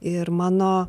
ir mano